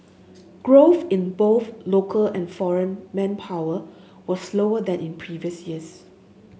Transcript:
growth in both local and foreign manpower was slower than in previous years